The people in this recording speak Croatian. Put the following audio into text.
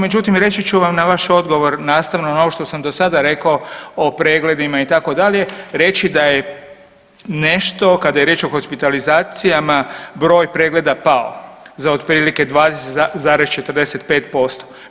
Međutim, reći ću vam na vaš odgovor nastavno na ovo što sam dosada rekao o pregledima itd., reći da je nešto, kada je riječ o hospitalizacijama broj pregleda pao za otprilike 20,45%